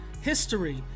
history